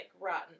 rotten